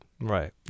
Right